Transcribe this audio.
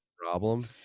problem